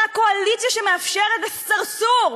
קואליציה שמאפשרת לסרסור,